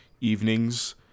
evenings